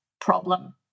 problem